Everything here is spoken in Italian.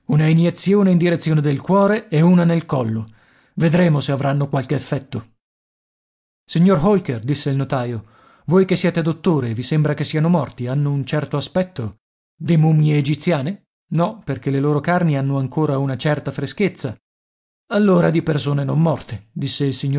una iniezione in direzione del cuore e una nel collo vedremo se avranno qualche effetto signor holker disse il notaio voi che siete dottore vi sembra che siano morti hanno un certo aspetto di mummie egiziane no perché le loro carni hanno ancora una certa freschezza allora di persone non morte disse